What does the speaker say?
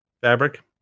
fabric